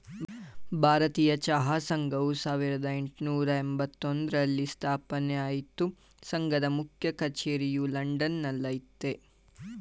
ಭಾರತೀಯ ಚಹಾ ಸಂಘವು ಸಾವಿರ್ದ ಯೆಂಟ್ನೂರ ಎಂಬತ್ತೊಂದ್ರಲ್ಲಿ ಸ್ಥಾಪನೆ ಆಯ್ತು ಸಂಘದ ಮುಖ್ಯ ಕಚೇರಿಯು ಲಂಡನ್ ನಲ್ಲಯ್ತೆ